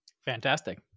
Fantastic